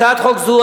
הצעת חוק זו,